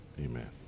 amen